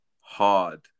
hard